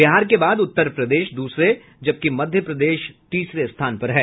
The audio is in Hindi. बिहार के बाद उत्तर प्रदेश दूसरे जबकि मध्य प्रदेश तीसरे स्थान पर है